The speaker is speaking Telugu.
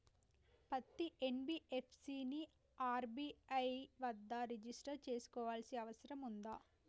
పత్తి ఎన్.బి.ఎఫ్.సి ని ఆర్.బి.ఐ వద్ద రిజిష్టర్ చేసుకోవాల్సిన అవసరం ఉందా?